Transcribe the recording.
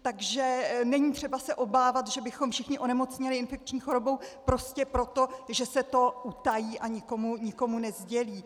Takže není třeba se obávat, že bychom všichni onemocněli infekční chorobou prostě proto, že se to utají a nikomu nesdělí.